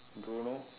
don't know